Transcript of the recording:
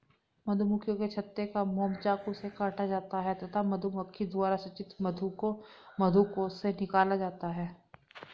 मधुमक्खियों के छत्ते का मोम चाकू से काटा जाता है तथा मधुमक्खी द्वारा संचित मधु को मधुकोश से निकाला जाता है